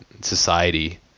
society